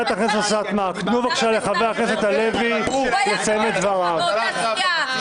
הוא היה חבר שלך באותה סיעה,